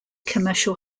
commercial